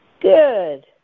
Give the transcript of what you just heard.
Good